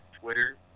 Twitter